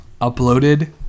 uploaded